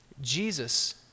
Jesus